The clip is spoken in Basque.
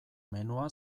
menua